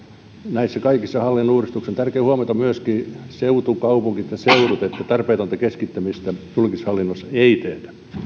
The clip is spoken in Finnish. näissä kaikissa hallinnonuudistuksissa on tärkeää huomata myöskin seutukaupungit ja seudut että tarpeetonta keskittämistä julkishallinnossa ei tehdä